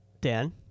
Dan